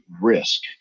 risk